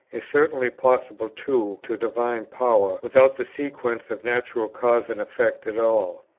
is certainly possible too to divine power without the sequence of natural cause and effect at all.